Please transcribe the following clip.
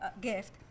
gift